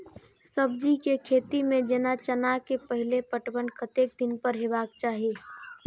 सब्जी के खेती में जेना चना के पहिले पटवन कतेक दिन पर हेबाक चाही?